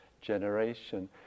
generation